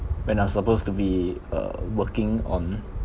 when I'm supposed to be uh working on